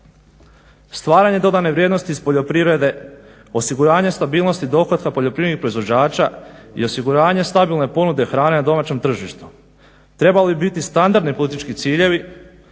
Stvaranje dodane vrijednosti iz poljoprivrede, osiguranje stabilnosti dohotka poljoprivrednih proizvođača i osiguranje stabilne ponude hrane na domaćem tržištu trebali bi biti standardni politički ciljevi